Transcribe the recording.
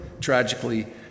tragically